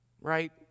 Right